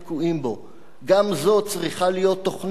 גם זאת צריכה להיות תוכנית מדף מדינית